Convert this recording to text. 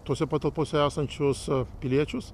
tose patalpose esančius piliečius